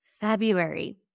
February